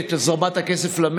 התש"ף 2020,